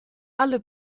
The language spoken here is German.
alle